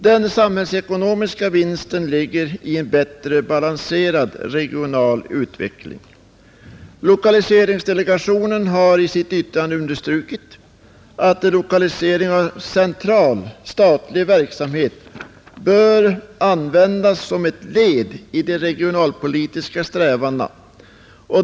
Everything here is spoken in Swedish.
Den samhällsekonomiska vinsten ligger i en bättre balanserad regional utveckling. Lokaliseringsdelegationen har i sitt yttrande understrukit att lokalisering av central statlig verksamhet bör användas som ett led i de regionalpolitiska strävandena.